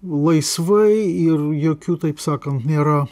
laisvai ir jokių taip sakant nėra